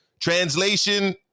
Translation